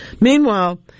Meanwhile